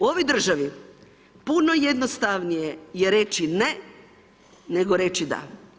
U ovoj državi puno jednostavnije je reći ne, nego reći da.